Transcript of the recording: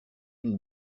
une